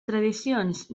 tradicions